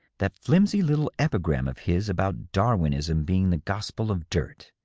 that flimsy little epigram of his about darwinism being the gospel of dirt.